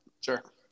Sure